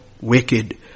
wicked